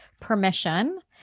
permission